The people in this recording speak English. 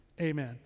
amen